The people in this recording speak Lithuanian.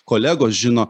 kolegos žino